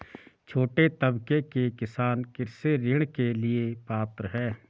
छोटे तबके के किसान कृषि ऋण के लिए पात्र हैं?